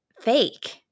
fake